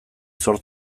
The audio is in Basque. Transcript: zor